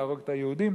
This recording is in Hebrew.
להרוג את היהודים,